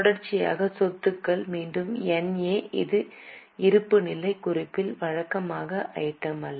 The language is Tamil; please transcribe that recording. தொடர்ச்சியான சொத்துக்கள் மீண்டும் NA இது இருப்புநிலைக் குறிப்பில் வழக்கமான ஐட்டம் அல்ல